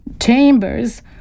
chambers